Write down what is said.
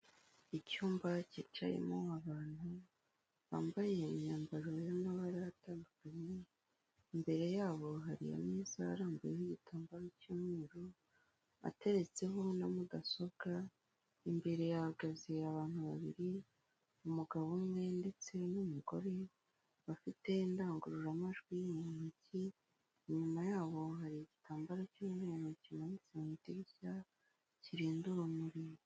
Icyumba cyicayemo abantu bambaye imyambaro yera y'amabara atandukanye, imbere yabo hari ameza arambuye y'igitambaro cy'umweru ateretseho na mudasobwa imbere hahagaze abantu babiri umugabo umwe ndetse n'umugore bafite indangururamajwi mu ntoki inyuma yabo hari igitambaro cy'umweru kimanitse mu idirishya kirinda urumuri.